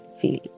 feel